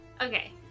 Okay